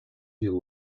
you